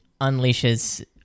unleashes